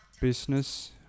Business